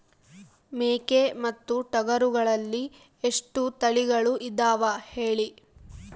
ಮೇಕೆ ಮತ್ತು ಟಗರುಗಳಲ್ಲಿ ಎಷ್ಟು ತಳಿಗಳು ಇದಾವ ಹೇಳಿ?